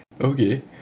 Okay